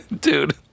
dude